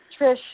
Trish